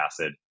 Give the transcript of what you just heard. acid